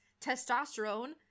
testosterone